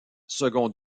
second